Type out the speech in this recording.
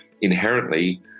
inherently